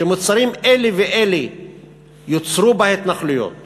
שמוצרים אלה ואלה יוצרו בהתנחלויות